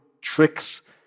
tricks